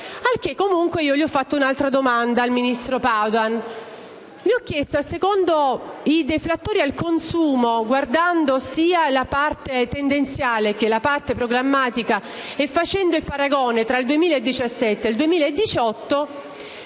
Comunque ho fatto un'altra domanda al ministro Padoan: secondo i deflattori al consumo, guardando sia la parte tendenziale che quella programmatica e facendo il paragone tra il 2017 e il 2018,